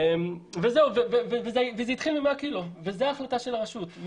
זה התחיל מ-100 קילו, וזאת ההחלטה של הרשות.